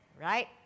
right